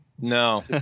No